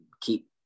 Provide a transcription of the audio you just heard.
keep